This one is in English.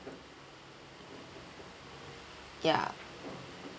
ya